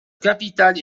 capitale